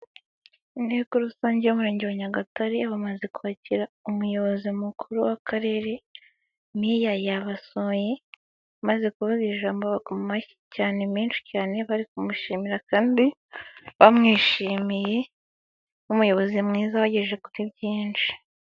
inteko rusange y'umurenge wa Nyagatare bamaze kwakira umuyobozi mukuru w'akarere, meya yabasoye, amaze kuba ijambo cyane menshi cyane bari kumushimira kandi bamwishimiye nk'umuyobozi mwiza wabagejeje kuri byinshi.